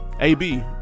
ab